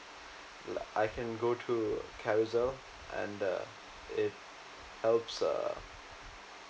I can go to Carousell and uh it helps uh